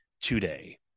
today